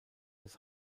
des